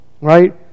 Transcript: right